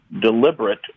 deliberate